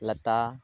लता